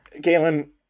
Galen